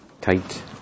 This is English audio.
tight